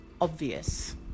obvious